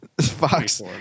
Fox